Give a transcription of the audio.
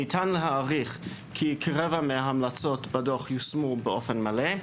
ניתן להעריך כי כרבע מההמלצות הדוח יושמו באופן מלא,